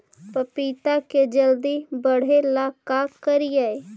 पपिता के जल्दी बढ़े ल का करिअई?